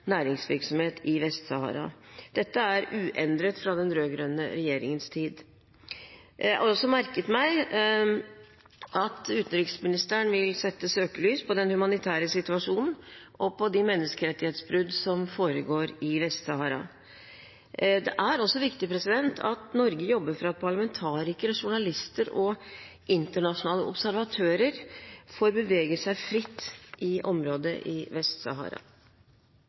næringsvirksomhet i Vest-Sahara. Dette er uendret fra den rød-grønne regjeringens tid. Jeg har også merket meg at utenriksministeren vil sette søkelys på den humanitære situasjonen og på de menneskerettighetsbrudd som foregår i Vest-Sahara. Det er også viktig at Norge jobber for at parlamentarikere, journalister og internasjonale observatører får bevege seg fritt i områder i